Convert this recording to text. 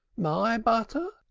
my butter?